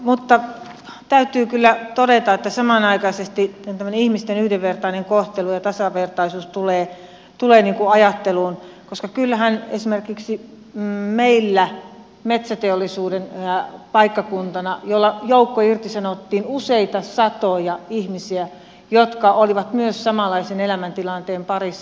mutta täytyy kyllä todeta että samanaikaisesti tämmöinen ihmisten yhdenvertainen kohtelu ja tasavertaisuus tulee ajatteluun koska kyllähän esimerkiksi meillä metsäteollisuuden paikkakuntana joukkoirtisanottiin useita satoja ihmisiä jotka olivat myös samanlaisen elämäntilanteen parissa